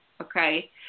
Okay